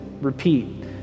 repeat